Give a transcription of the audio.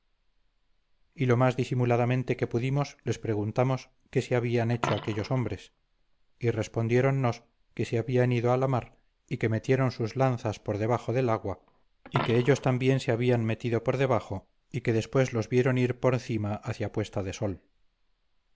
y lo más disimuladamente que pudimos les preguntamos qué se habían hecho aquellos hombres y respondiéronnos que se habían ido a la mar y que metieron sus lanzas por debajo del agua y que ellos también se habían también metido por debajo y que después los vieron ir por cima hacia puesta de sol